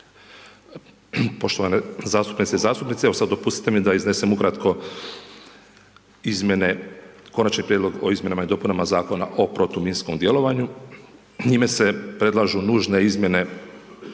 Poštovane zastupnice i zastupnici evo sada dopustite mi da odnosim ukratko, konačni prijedlog o izmjenama i dopunama Zakona o protuminskom djelovanju. Njime se predlažu nužne izmjene